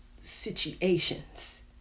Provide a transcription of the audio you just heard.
situations